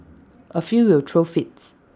A few will throw fits